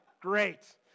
Great